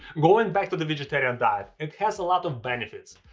going back to the vegetarian diet, it has a lot of benefits.